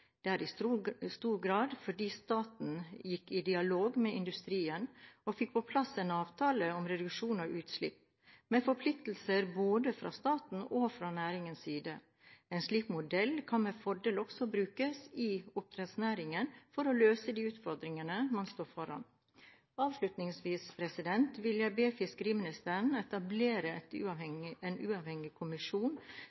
fra 1990. Det er i stor grad fordi staten gikk i dialog med industrien og fikk på plass en avtale om reduksjon av utslipp, med forpliktelser både fra staten og fra næringens side. En slik modell kan med fordel også brukes i oppdrettsnæringen for å løse de utfordringene man står foran. Avslutningsvis vil jeg be fiskeriministeren etablere